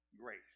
grace